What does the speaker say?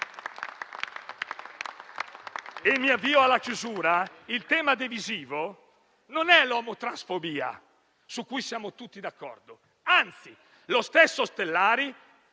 Mi avvio alla chiusura: qui il tema divisivo non è l'omotransfobia, su cui siamo tutti d'accordo. Anzi, lo stesso senatore